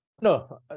No